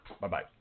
bye-bye